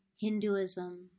Hinduism